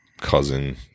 cousin